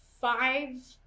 five